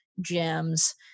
GEMs